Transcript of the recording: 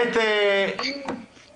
תעדכנו